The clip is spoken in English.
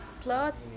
plot